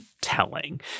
telling